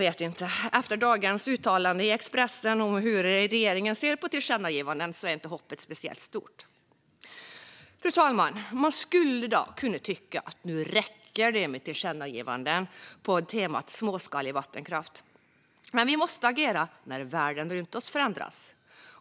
Efter dagens uttalande i Expressen om hur regeringen ser på tillkännagivanden är hoppet inte speciellt stort. Fru talman! Man skulle kunna tycka att det nu räcker med tillkännagivanden på temat småskalig vattenkraft. Men vi måste agera när världen runt oss förändras.